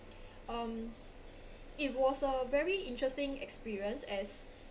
um it was a very interesting experience as